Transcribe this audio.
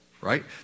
right